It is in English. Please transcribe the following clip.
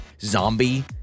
zombie